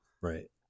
right